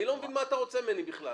אני לא מבין מה אתה רוצה ממני בכלל.